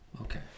Okay